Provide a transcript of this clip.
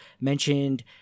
mentioned